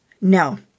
No